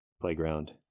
playground